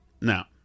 now